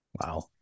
Wow